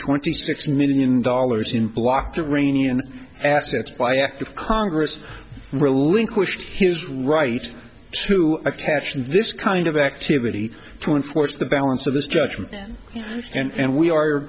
twenty six million dollars in blocked a rainy and assets by act of congress relinquished his right to attach in this kind of activity to enforce the balance of this judgement and we are